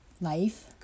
life